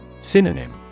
Synonym